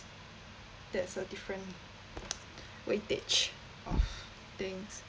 that's a different weightage of things